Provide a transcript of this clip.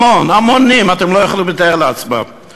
המונים, אתם לא יכולים לתאר לעצמכם.